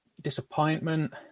disappointment